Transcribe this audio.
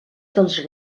dels